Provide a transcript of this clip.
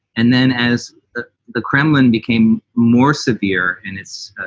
and then as the the kremlin became more severe in its